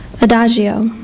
Adagio